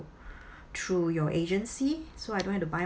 through your agency so I don't have to buy